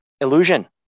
Illusion